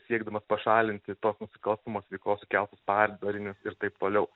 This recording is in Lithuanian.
siekdamas pašalinti tos nusikalstamos veikos sukeltus pardarinius ir taip toliau